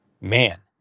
man